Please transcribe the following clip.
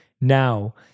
now